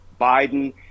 Biden